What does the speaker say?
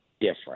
different